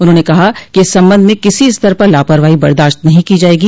उन्होंने कहा कि इस संबंध में किसी स्तर पर लापरवाही बर्दाश्त नहीं की जायेगी